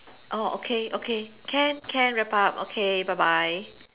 oh okay okay can can wrap up okay bye bye